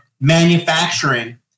manufacturing